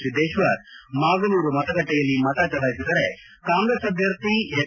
ಸಿದ್ದೇಶ್ವರ್ ಮಾಗನೂರು ಮತಗಟ್ಟೆಯಲ್ಲಿ ಮತ ಚಲಾಯಿಸಿದರೆ ಕಾಂಗ್ರೆಸ್ ಅಭ್ಯರ್ಥಿ ಎಚ್